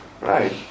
right